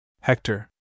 Hector